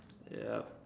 yup